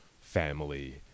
family